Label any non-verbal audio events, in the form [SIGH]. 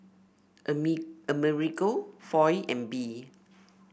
[UNINTELLIGIBLE] Amerigo Foy and Bee